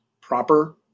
proper